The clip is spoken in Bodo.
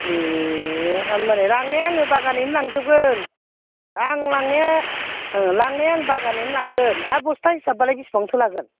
ए हाब माने लांनाया आङो बागानैनो लांजोबगोन आं लांनाया लांनाया आं बागानैनो लांगोन आरो बस्ता हिसाबबालाय बेसेबांथो लागोन